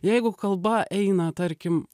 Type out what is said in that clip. jeigu kalba eina tarkim